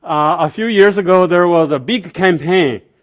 a few years ago there was a big campaign.